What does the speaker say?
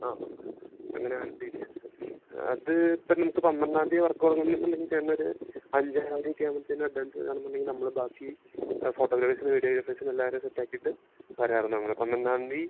ആ അങ്ങനാണ് ഡീറ്റേൽസ് അത് ഇപ്പം നമക്ക് പന്ത്രണ്ടാംതി വർക്കൊടങ്ങ്ന്നുണ്ടെങ്കി ചേട്ടനൊര് അഞ്ചാംതീക്കാവ്മ്പത്തേനു അഡ്വാൻസ് തരാണന്നുണ്ടെങ്കി നമ്മള് ബാക്കി ഫോട്ടോ ഗ്രഫേസിനെ വീഡിയോ ഗ്രഫേസിനെല്ലാരെ സെറ്റാക്കീട്ട് വെരാർന്നു ഞങ്ങള് പന്ത്രണ്ടാംതീ